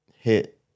hit